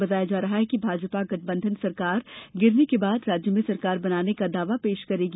बताया जा रहा है कि भाजपा गठबंधन सरकार गिरने के बाद राज्य में सरकार बनाने का दावा पेश करेगी